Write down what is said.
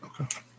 Okay